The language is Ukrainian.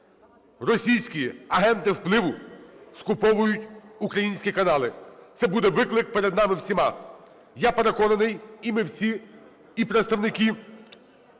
Російські агенти впливу скуповують українські канали. Це буде виклик перед нами всіма. Я переконаний і ми всі, і представники